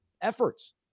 efforts